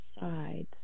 sides